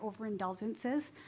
overindulgences